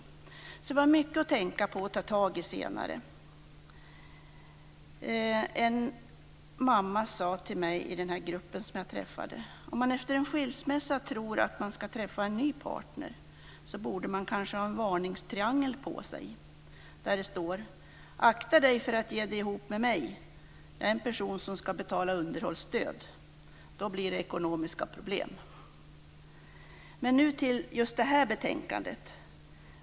Vi har mycket att tänka på och ta tag i senare. En mamma i gruppen sade till mig: Om man efter en skilsmässa tror att man ska träffa en ny partner borde man kanske ha en varningstriangel på sig där det står: Akta dig för att vara ihop med mig. Jag är en person som ska betala underhållsstöd. Då blir det ekonomiska problem. Nu över till betänkandet.